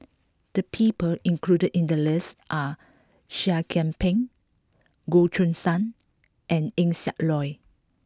the people included in the list are Seah Kian Peng Goh Choo San and Eng Siak Loy